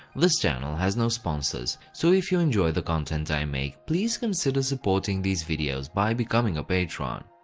this channel has no sponsors so if you enjoy the content i make, please consider supporting these videos by becoming a patron.